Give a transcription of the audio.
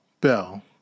bell